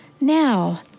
Now